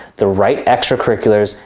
the right extracurriculars,